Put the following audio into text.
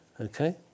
okay